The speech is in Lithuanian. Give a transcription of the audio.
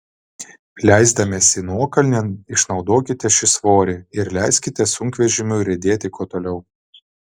leisdamiesi nuokalnėn išnaudokite šį svorį ir leiskite sunkvežimiui riedėti kuo toliau